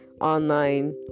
online